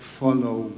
follow